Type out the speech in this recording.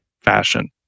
fashion